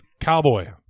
Cowboy